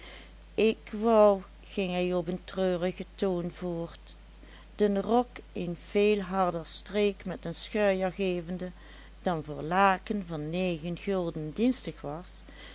ik wou ging hij op een treurigen toon voort den rok een veel harder streek met den schuier gevende dan voor laken van negen gulden dienstig was